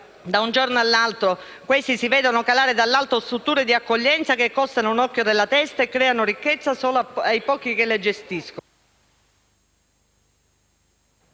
da un giorno all'altro si vedono calare dall'altro strutture di accoglienza che costano un occhio della testa e creano ricchezza solo ai pochi che le gestiscono.